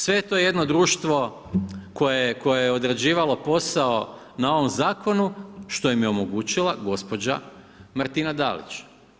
Sve je to jedno društvo koje je odrađivalo posao na ovom Zakonu što im je omogućila gospođa Martina Dalić.